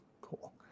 Cool